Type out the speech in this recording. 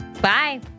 Bye